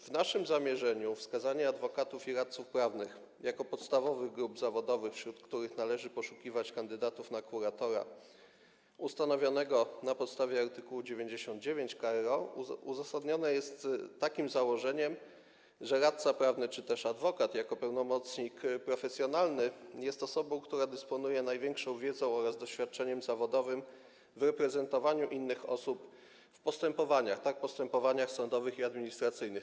W naszym zamierzeniu wskazanie adwokatów i radców prawnych jako podstawowych grup zawodowych, wśród których należy poszukiwać kandydatów na kuratora ustanowionego na podstawie art. 99 k.r.o., uzasadnione jest takim założeniem, że radca prawny czy też adwokat jako pełnomocnik profesjonalny jest osobą, która dysponuje największą wiedzą oraz doświadczeniem zawodowym w zakresie reprezentowania innych osób w postępowaniach sądowych i administracyjnych.